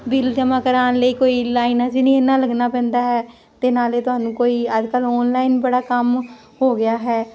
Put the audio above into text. bill ਜਮਾਂ ਕਰਾਣ ਲਈ ਕੋਈ ਲਾਈਨਾਂ 'ਚ ਨੀ ਇੰਨਾਂ ਲੱਗਣਾ ਪੈਂਦਾ ਹੈ ਤੇ ਨਾਲੇ ਤੁਹਾਨੂੰ ਕੋਈ ਅੱਜ ਕੱਲ ਆਨਲਾਈਨ ਬੜਾ ਕੰਮ ਹੋ ਗਿਆ ਹੈ